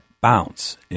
bounce